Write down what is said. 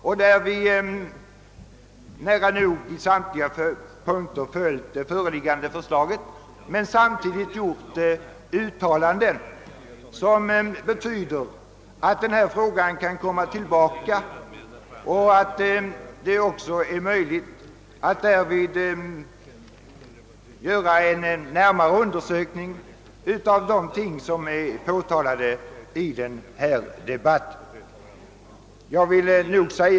Vi har på nära nog samtliga punkter tillstyrkt förslaget men samti digt gjort uttalanden som gör det möjligt att ta upp denna fråga på nytt och därvid företa en närmare undersökning av de ting som påtalats i denna debatt.